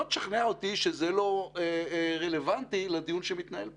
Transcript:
לא תשכנע אותי שזה לא רלוונטי לדיון שמתנהל פה.